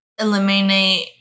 eliminate